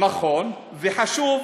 נכון, זה חשוב,